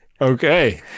Okay